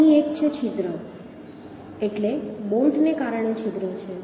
તો અહીં એક છે છિદ્ર એટલે બોલ્ટને કારણે છિદ્ર છે